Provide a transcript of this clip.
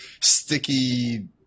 sticky